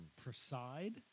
Preside